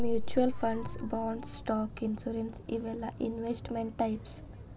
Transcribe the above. mutual funds bonds stock insurance ಇವೆಲ್ಲಾ investment types